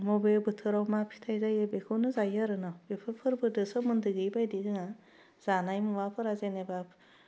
बबे बोथोराव मा फिथाइ जायो बेखौनो जायो आरो न' बेफोर फोरबोदों सोमोन्दो गैयै बायदि जोंहा जानाय मुवाफोरा जेनेबा